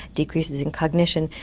decreases in cognition,